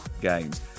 games